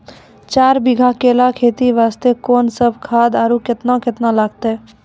चार बीघा केला खेती वास्ते कोंन सब खाद आरु केतना केतना लगतै?